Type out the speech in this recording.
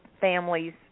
families